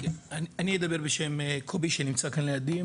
אני אדבר בשם קובי שנמצא כאן לידי,